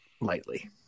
lightly